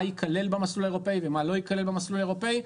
ייכלל במסלול האירופאי ומה לא ייכלל במסלול האירופאי,